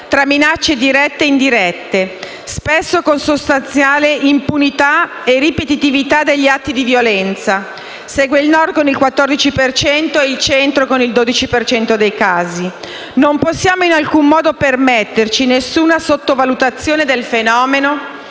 tra minacce dirette e indirette, spesso con sostanziale impunità e ripetitività degli atti di violenza; seguono il Nord con il 14 per cento e il Centro con il 12 per cento dei casi. Non possiamo in alcun modo permetterci alcuna sottovalutazione del fenomeno,